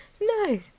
no